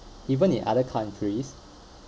even in other countries